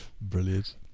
Brilliant